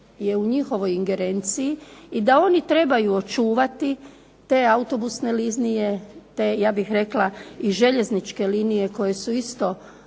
je u njihovoj ingerenciji i da oni trebaju očuvati te autobusne linije, te ja bih rekla i željezničke linije koje su isto